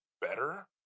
better